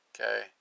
Okay